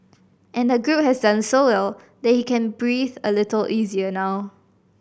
and the group has done so well that he can breathe a little easier now